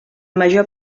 major